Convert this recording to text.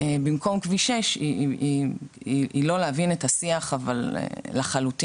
במקום כביש 6 היא לא להבין את השיח, אבל לחלוטין.